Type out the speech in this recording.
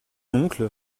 oncle